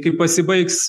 kai pasibaigs